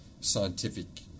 scientific